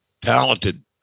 talented